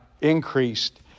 increased